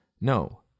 No